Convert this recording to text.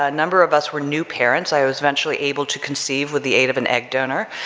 ah number of us were new parents, i was eventually able to conceive with the aid of an egg donor,